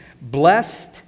blessed